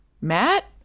Matt